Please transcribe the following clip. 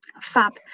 fab